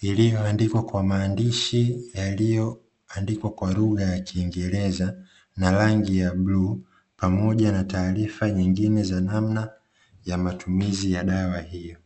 iliyoandikwa kwa maandishi yaliyoandikwa kwa lugha kingereza na rangi ya bluu, pamoja na taarifa nyingine za namna ya matumizi ya dawa hiyo.